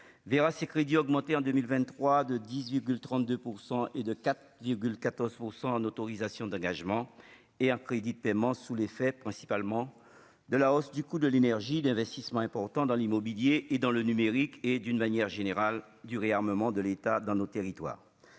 verra ses crédits augmenter en 2023 de 18 32 % et de quatre 14 % en autorisations d'engagement et en crédits de paiement sous l'effet principalement de la hausse du coût de l'énergie d'investissements importants dans l'immobilier et dans le numérique et d'une manière générale du réarmement de l'État dans nos territoires